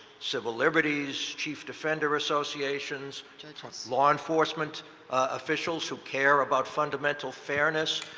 civil liberties, chief defenders association's, law enforcement officials who care about fundamental fairness.